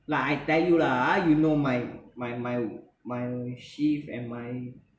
lah I tell you lah ah you know my my my my shift and my